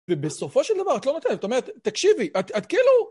ובסופו של דבר, את לא מתארת, את אומרת, תקשיבי, את, את כאילו...